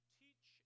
teach